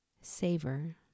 Savor